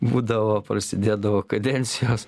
būdavo prasidėdavo kadencijos